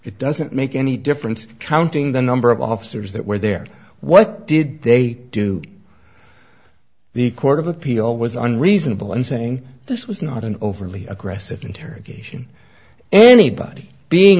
it doesn't make any difference counting the number of officers that were there what did they do the court of appeal was unreasonable in saying this was not an overly aggressive interrogation anybody being